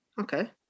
Okay